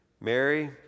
Mary